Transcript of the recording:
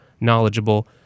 knowledgeable